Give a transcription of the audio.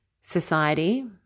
society